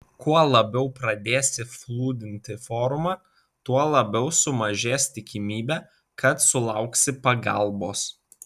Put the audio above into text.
kuo labiau pradėsi flūdinti forumą tuo labiau sumažės tikimybė kad sulauksi pagalbos